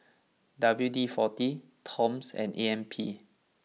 W D forty Toms and A M P